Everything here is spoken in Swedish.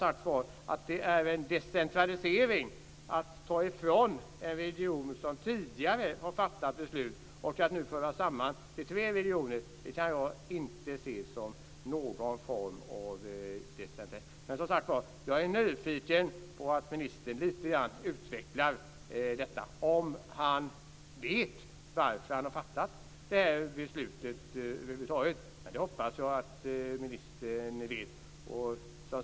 Att ta ifrån en region beslut som tidigare har fattats där och föra samman det i tre regioner kan jag inte se som någon form av decentralisering. Jag är nyfiken på att höra om ministern kan utveckla detta, och om han vet varför han har fattat detta beslut över huvud taget. Jag hoppas att ministern vet det.